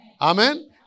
Amen